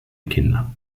kinder